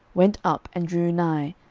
went up, and drew nigh,